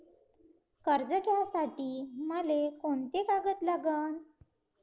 कर्ज घ्यासाठी मले कोंते कागद लागन?